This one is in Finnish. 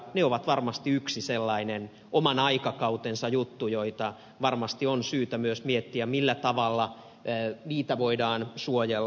ne ovat varmasti yksi sellainen oman aikakautensa juttu ja varmasti on syytä myös miettiä millä tavalla niitä voidaan suojella